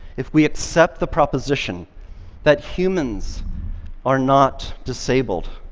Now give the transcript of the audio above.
if we accept the proposition that humans are not disabled.